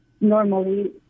normally